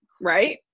right